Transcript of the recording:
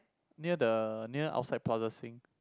near the near outside Plaza-Sing